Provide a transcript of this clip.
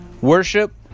worship